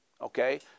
Okay